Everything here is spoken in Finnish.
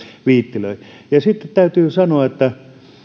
viittilöi sitten täytyy sanoa että